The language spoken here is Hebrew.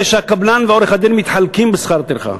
שהקבלן ועורך-הדין מתחלקים בשכר הטרחה.